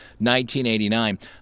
1989